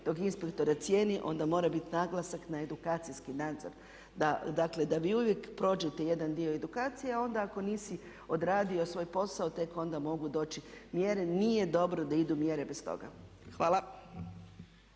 tog inspektora cijeni onda mora biti naglasak na edukacijski nadzor. Dakle da vi uvijek prođete jedan dio edukacije a onda ako nisi odradio svoj posao tek onda mogu doći mjere. Nije dobro da idu mjere bez toga. Hvala.